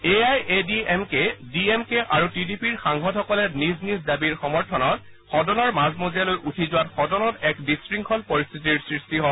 A I A D M K D M K আৰু T D পিৰ সাংসদসকলে নিজ নিজ দাবীৰ সমৰ্থনত সদনৰ মাজ মজিয়ালৈ উঠি যোৱাত সদনত এক বিশৃংখল পৰিস্থিতিৰ সৃষ্টি হয়